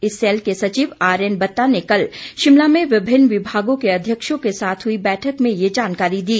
इस सैल के सचिव आरएन बत्ता ने कल शिमला में विभिन्न विभागों के अध्यक्षों के साथ हुई बैठक में ये जानकारी दी